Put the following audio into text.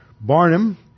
Barnum